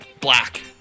black